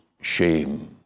shame